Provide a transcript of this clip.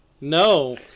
No